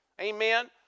amen